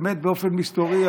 ובאמת באופן מסתורי,